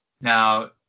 Now